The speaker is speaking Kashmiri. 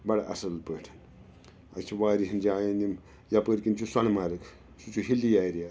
بَڑٕ اَصٕل پٲٹھۍ اَسۍ چھِ واریاہَن جایَن یِم یَپٲرۍ کِنۍ چھُ سۄنہٕ مَرٕگ سُہ چھُ ہِلی ایریا